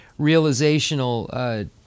realizational